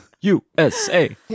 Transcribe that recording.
U-S-A